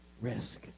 risk